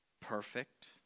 perfect